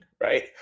right